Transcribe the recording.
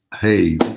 Hey